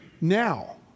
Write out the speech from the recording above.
Now